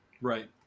Right